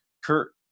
kurt